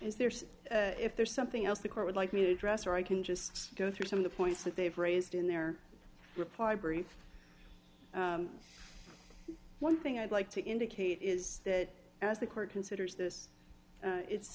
is there so if there's something else the court would like me to address or i can just go through some of the points that they've raised in their reply brief one thing i'd like to indicate is that as the court considers this it's